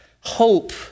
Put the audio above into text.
hope